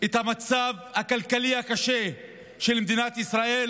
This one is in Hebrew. את המצב הכלכלי הקשה של מדינת ישראל,